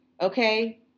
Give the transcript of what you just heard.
okay